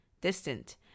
distant